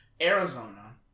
Arizona